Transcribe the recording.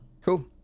cool